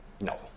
No